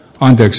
anders